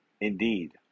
Indeed